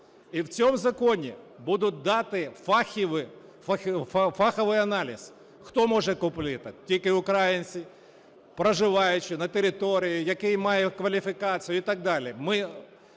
І в цьому законі буде дано фаховий наліз. Хто може купити? Тільки українці, проживаючі на території, який має кваліфікацію і так далі.